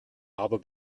aber